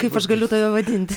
kaip aš galiu tave vadinti